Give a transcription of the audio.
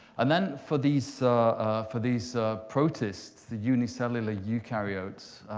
and then, for these for these protists, the unicellular eukaryotes,